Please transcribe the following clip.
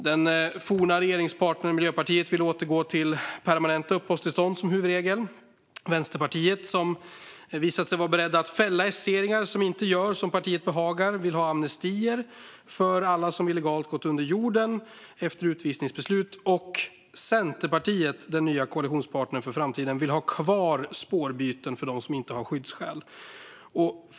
Den forna regeringspartnern Miljöpartiet vill återgå till permanenta uppehållstillstånd som huvudregel. Vänsterpartiet, som har visat sig vara berett att fälla S-regeringar som inte gör som partiet behagar, vill ha amnestier för alla som illegalt gått under jorden efter utvisningsbeslut. Och Centerpartiet, den nya koalitionspartnern för framtiden, vill ha kvar spårbyten för dem som inte har skyddsskäl.